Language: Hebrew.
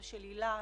אבל של הילה,